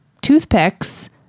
toothpicks